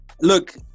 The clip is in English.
look